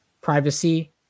privacy